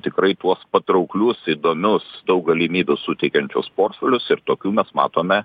tikrai tuos patrauklius įdomius daug galimybių suteikiančius portfelius ir tokių mes matome